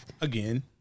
Again